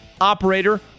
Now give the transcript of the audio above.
operator